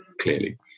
Clearly